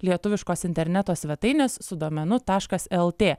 lietuviškos interneto svetainės su domenu taškas lt